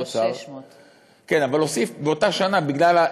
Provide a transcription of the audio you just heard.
3,600. כן, אבל הוסיף, באותה שנה, בגלל,